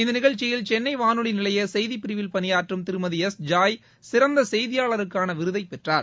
இந்த நிகழ்ச்சியில் சென்னை வானொலி நிலைய செய்திப்பிரிவில் பணியாற்றும் திருமதி எஸ் ஜாய் சிறந்த செய்தியாளருக்கான விருதை பெற்றார்